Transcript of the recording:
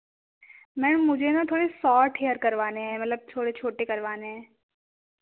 ma'am मुझे न थोड़ी सॉर्ट हेयर करवाने हैं मतलब थोड़े छोटे करवाने हैं